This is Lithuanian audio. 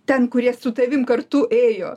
ten kurie su tavim kartu ėjo